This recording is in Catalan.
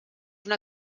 una